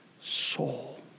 soul